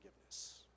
forgiveness